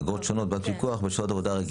"אגרות שונות בעד פיקוח בשעות עבודה רגילות".